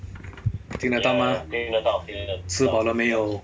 听得到吗吃饱了没有